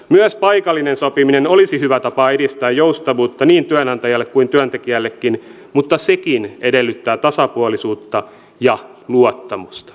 myös paikallinen sopiminen olisi hyvä tapa edistää joustavuutta niin työnantajalle kuin työntekijällekin mutta sekin edellyttää tasapuolisuutta ja luottamusta